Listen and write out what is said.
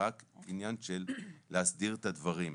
זה רק עניין של להסדיר את הדברים.